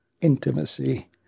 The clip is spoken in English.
intimacy